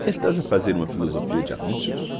estás a fazer uma filosofia de anúncios